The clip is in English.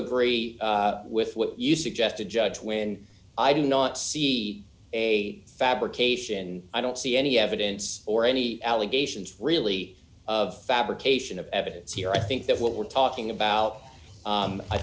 agree with what you suggest the judge when i do not see a fabrication i don't see any evidence or any allegations really of fabrication of evidence here i think that what we're talking about